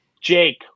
Jake